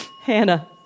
Hannah